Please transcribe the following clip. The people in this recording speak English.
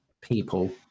people